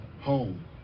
home